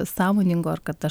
sąmoningo ar kad aš